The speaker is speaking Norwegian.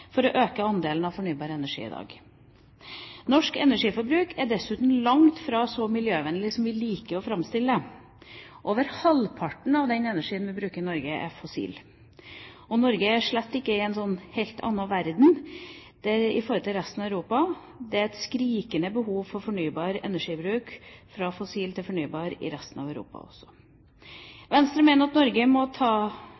for å øke andelen av fornybar energi i dag. Norsk energiforbruk er dessuten langt fra så miljøvennlig som vi liker å framstille det. Over halvparten av den energien vi bruker i Norge, er fossil, og Norge er slett ikke i en helt annen verden i forhold til resten av Europa; det er et skrikende behov for fornybar energibruk, fra fossil til fornybar, i resten av Europa også.